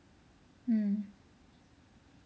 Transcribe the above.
mm